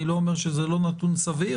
אני לא אומר שזה לא נתון סביר,